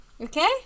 Okay